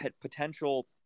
potential